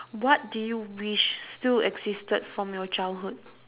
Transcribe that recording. what do you wish still existed from your childhood